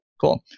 Cool